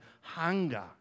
hunger